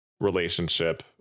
relationship